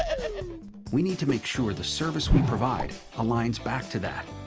we need to make sure the service we provide aligns back to that.